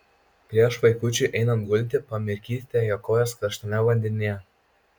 prieš vaikučiui einant gulti pamirkykite jo kojas karštame vandenyje